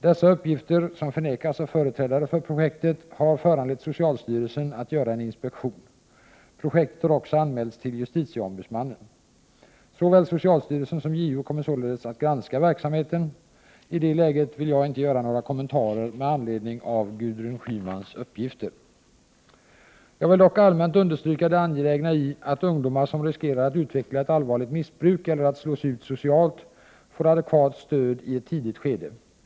Dessa uppgifter, som förnekas av företrädare för projektet, har föranlett socialstyrelsen att göra en inspektion. Projektet har också anmälts till justitieombudsmannen. Såväl socialstyrelsen som JO kommer således att granska verksamheten. I det läget vill jag inte göra några kommentarer med anledning av Gudrun Schymans uppgifter. Jag vill dock allmänt understryka det angelägna i att ungdomar som riskerar att utveckla ett allvarligt missbruk eller att slås ut socialt får adekvat stöd i ett tidigt skede.